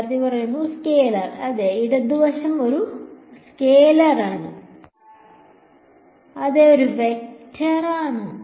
വിദ്യാർത്ഥി സ്കെലാർ അതെ ഒരു വെക്റ്റർ ആണ്